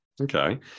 Okay